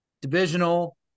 Divisional